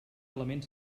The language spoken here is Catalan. element